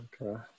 Okay